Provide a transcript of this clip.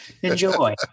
Enjoy